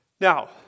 Now